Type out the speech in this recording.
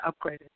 upgraded